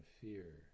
fear